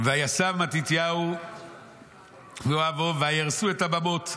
"ויסב מתתיהו ואוהביו ויהרסו את הבמות.